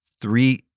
Three